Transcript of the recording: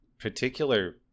particular